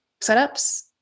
setups